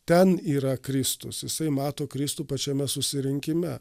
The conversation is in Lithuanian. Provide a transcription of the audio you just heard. ten yra kristus jisai mato kristų pačiame susirinkime